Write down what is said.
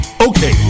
Okay